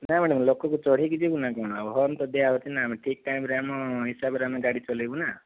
ନାହିଁ ମ୍ୟାଡାମ ଲୋକଙ୍କୁ ଚଢ଼େଇକି ଯିବୁ ନା କଣ ଆଉ ହର୍ନ ତ ଦିଆହେଉଛି ନା ଆମେ ଠିକ ଟାଇମରେ ଆମ ହିସାବରେ ଆମେ ଗାଡ଼ି ଚଲେଇବୁ ନା